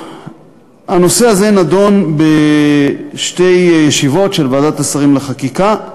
הנושא הזה נדון בשתי ישיבות של ועדת השרים לחקיקה.